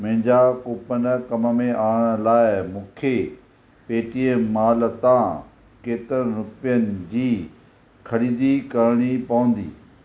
मुंहिंजा कूपन कम में आणण लाइ मूंखे पेटीएम माॅल तां केतिरनि रुपियनि जी ख़रीदी करिणी पवंदी